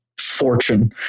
fortune